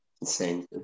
Insane